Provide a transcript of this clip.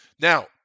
Now